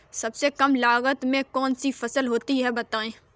सबसे कम लागत में कौन सी फसल होती है बताएँ?